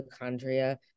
mitochondria